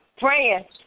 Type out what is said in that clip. praying